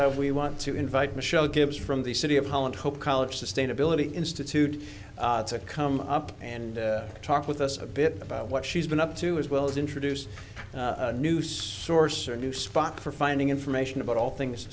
if we want to invite michelle gibbs from the city of holland hope college sustainability institute come up and talk with us a bit about what she's been up to as well as introduce a noose source or a new spot for finding information about all things